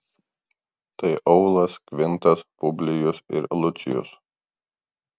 tai aulas kvintas publijus ir lucijus